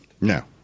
No